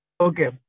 Okay